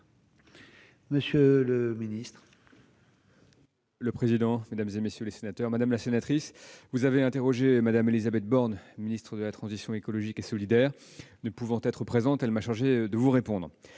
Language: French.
Monsieur le ministre,